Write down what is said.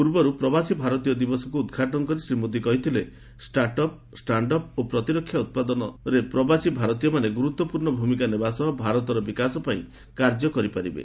ପୂର୍ବରୁ ପ୍ରବାସୀ ଭାରତୀୟ ଦିବସକୁ ଉଦ୍ଘାଟନ କରି ଶୀ ମୋଦି କହିଥିଲେ ଷ୍ଟାର୍ଟଅପ୍ ଷ୍ଟାଣ୍ଡଅପ୍ ଓ ପ୍ରତିରକ୍ଷା ଉତ୍ପାଦନରେ ପ୍ରବାସୀ ଭାରତୀୟମାନେ ମହତ୍ୱପୂର୍ଣ୍ଣ ଭୂମିକା ନେବା ସହ ଭାରତର ବିକାଶ ପାଇଁ କାର୍ଯ୍ୟ କରିପାରିବେ